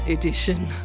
Edition